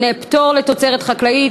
פטור לתוצרת חקלאית),